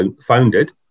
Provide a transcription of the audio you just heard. founded